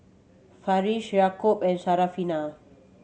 Farish Yaakob and Syarafina